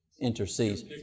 intercedes